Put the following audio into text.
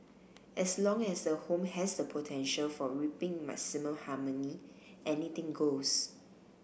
as long as the home has the potential for reaping maximum harmony anything goes